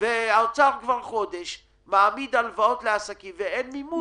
והאוצר כבר חודש מעמיד הלוואות לעסקים ואין מימון.